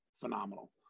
phenomenal